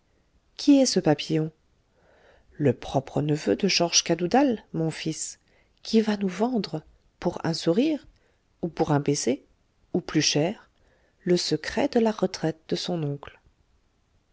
qui est ce papillon le propre neveu de georges cadoudal mon fils qui va nous vendre pour un sourire ou pour un baiser ou plus cher le secret de la retraite de son oncle